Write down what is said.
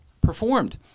performed